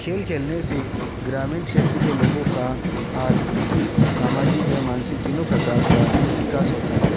खेल खलने से ग्रामीण क्षेत्र के लोगों का आर्थिक सामाजिक या मानसिक तीनों प्रकार का विकास होता है